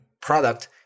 product